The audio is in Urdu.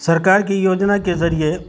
سرکار کی یوجنا کے ذریعے